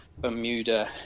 Bermuda